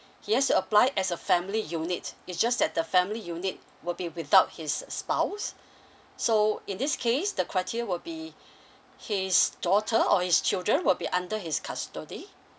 he has to applied as a family unit it's just that the family unit would be without his spouse so in this case the criteria will be his daughter or his children will be under his custody